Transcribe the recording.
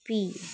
पी